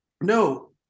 No